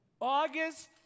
August